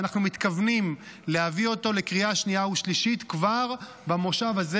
ואנחנו מתכוונים להביא אותו לקריאה שנייה ושלישית כבר במושב הזה,